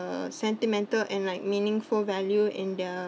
uh sentimental and like meaningful value in their